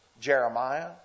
Jeremiah